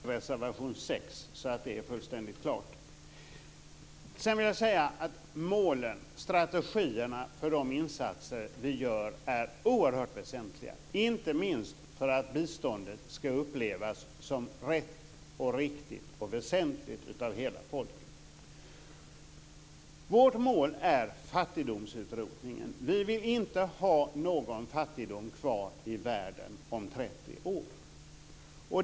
Fru talman! Låt mig först yrka bifall till reservation 6, så att det är fullständigt klart. Målen och strategierna för de insatser som vi gör är oerhört väsentliga, inte minst för att biståndet ska upplevas som rätt, riktigt och väsentligt av hela folket. Vårt mål är fattigdomsutrotningen. Vi vill inte ha någon fattigdom kvar i världen om 30 år.